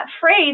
phrase